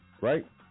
right